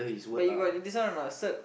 but you got this one or not so